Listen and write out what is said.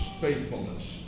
faithfulness